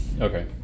Okay